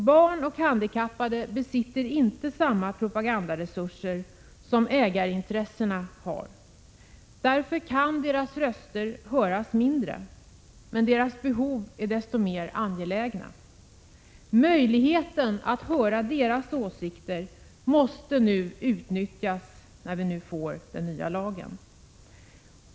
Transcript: Barn och handikappade besitter inte samma propagandaresurser som ägarintressena har. Därför kan deras röster höras mindre. Men deras behov är desto mer angelägna. Möjligheten att höra deras åsikter måste utnyttjas när vi nu får den nya lagen.